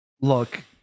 look